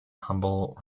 humble